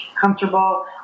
comfortable